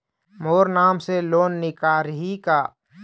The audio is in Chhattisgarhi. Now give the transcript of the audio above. मोर नाम से लोन निकारिही का?